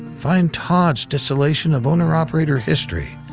find todd's distillation of owner-operator history,